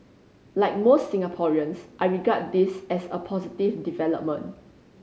like most Singaporeans I regard this as a positive development